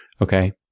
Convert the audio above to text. Okay